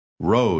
Road